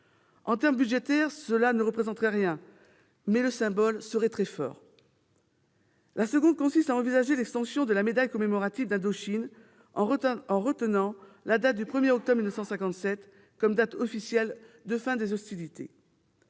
En termes budgétaires, cela ne représenterait rien, mais le symbole serait très fort. Ensuite, il pourrait être envisagé d'étendre la médaille commémorative d'Indochine, en retenant le 1 octobre 1957 comme date officielle de la fin des hostilités.